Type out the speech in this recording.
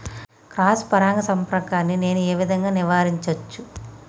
Cross పరాగ సంపర్కాన్ని నేను ఏ విధంగా నివారించచ్చు?